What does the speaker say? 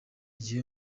gihe